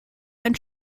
ein